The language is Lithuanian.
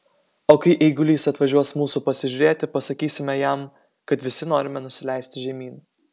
o kai eigulys atvažiuos mūsų pasižiūrėti pasakysime jam kad visi norime nusileisti žemyn